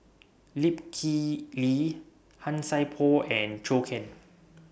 Lip Kip Lee Han Sai Por and Zhou Can